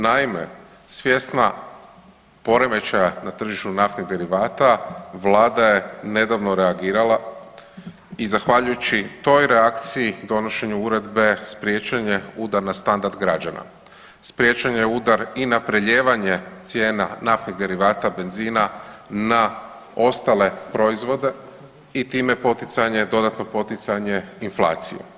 Naime, svjesna poremećaja na tržištu naftnih derivata vlada je nedavno reagirala i zahvaljujući toj reakciji donošenju uredbe spriječen je udar na standard građana, spriječen je udar i na prelijevanje cijena naftnih derivata benzina na ostale proizvode i time poticanje, dodatno poticanje inflacije.